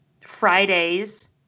Fridays